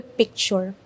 picture